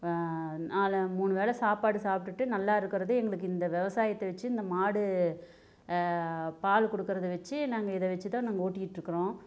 நாலு மூணு வேளை சாப்பாடு சாப்பிட்டுட்டு நல்லா இருக்கிறது எங்களுக்கு இந்த விவசாயத்தை வச்சு இந்த மாடு பால் கொடுக்கறத வச்சு நாங்கள் இதை வச்சுதான் நாங்கள் ஓட்டிக்கிட்டிருக்குறோம்